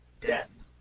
death